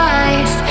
eyes